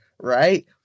right